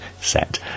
set